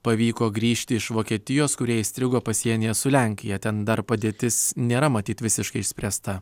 pavyko grįžti iš vokietijos kurie įstrigo pasienyje su lenkija ten dar padėtis nėra matyt visiškai išspręsta